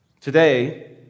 Today